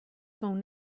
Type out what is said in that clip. phone